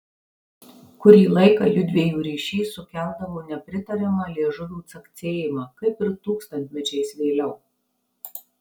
kurį laiką jųdviejų ryšys sukeldavo nepritariamą liežuvių caksėjimą kaip ir tūkstantmečiais vėliau